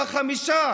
החמישה,